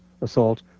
assault